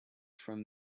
from